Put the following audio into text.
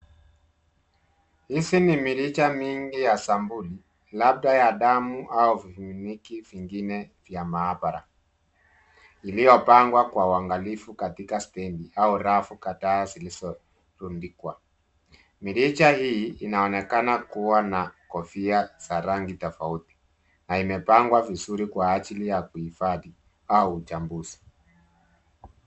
Hizi ni mirija mingi ya sampuli, labda ya damu au vimiminiki vingine vya maabara iliyopangwa kwa uangalifu katika stendi au rafu kadhaa zilizorundikwa. Mirija hii inaonekana kuwa na kofia za rangi tofauti na imepangwa vizuri kwa ajili ya uhifadhi au uchambuzi.